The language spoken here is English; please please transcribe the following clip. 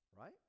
Right